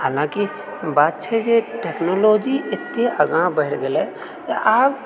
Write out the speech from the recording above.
हलाँकि बात छै जे टेक्नोलॉजी एते आगा बढ़ि गेलै जे आब